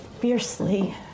fiercely